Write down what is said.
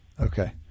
Okay